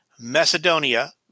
Macedonia